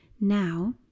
now